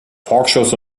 talkshows